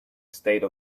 state